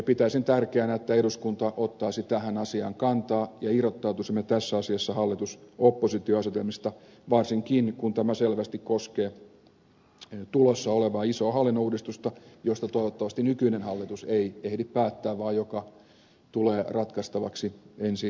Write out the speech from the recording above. pitäisin tärkeänä että eduskunta ottaisi tähän asiaan kantaa ja irrottautuisimme tässä asiassa hallitusoppositio asetelmista varsinkin kun tämä selvästi koskee tulossa olevaa isoa hallinnonuudistusta josta toivottavasti nykyinen hallitus ei ehdi päättää vaan joka tulee ratkaistavaksi ensi vaalien jälkeen